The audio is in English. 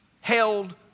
held